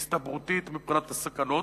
הסתברותית מבחינת הסכנות,